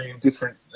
different